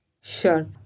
Sure